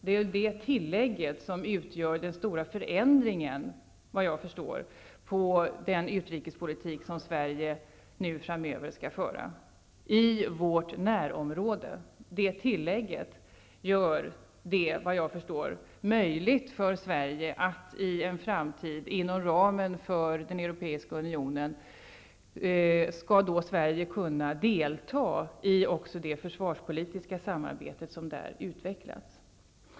Det är tillägget ''i vårt närområde'' som utgör den stora förändringen i den utrikespolitik som Sverige framöver skall föra. Detta tillägg gör det, såvitt jag förstår, möjligt för Sverige att i en framtid, inom ramen för den europeiska unionen, delta också i det försvarspolitiska samarbete som där utvecklas.